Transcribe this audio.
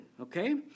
Okay